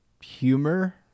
humor